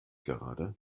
gerade